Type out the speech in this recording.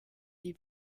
die